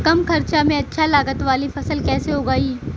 कम खर्चा में अच्छा लागत वाली फसल कैसे उगाई?